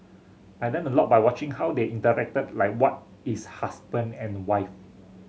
I learnt a lot by watching how they interacted like what is husband and wife